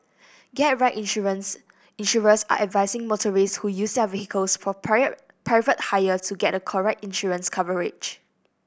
get right insurance insurers are advising motorists who use their vehicles for private hire to get a correct insurance coverage